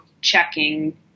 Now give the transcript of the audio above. checking